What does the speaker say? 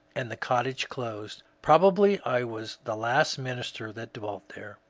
and the cottage closed. probably i was the last minister that dwelt there.